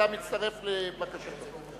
אתה מצטרף לבקשתו,